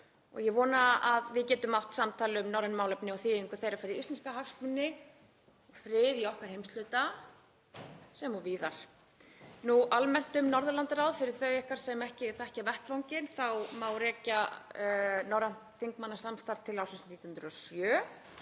Ég vona að við getum átt samtal um norræn málefni og þýðingu þeirra fyrir íslenska hagsmuni, frið í okkar heimshluta sem og víðar. Almennt um Norðurlandaráð fyrir þau ykkar sem ekki þekkja vettvanginn: Það má rekja upphaf norræns þingmannasamstarfs til ársins 1907.